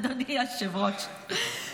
אדוני היושב-ראש,